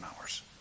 hours